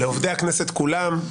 לעובדי הכנסת כולם.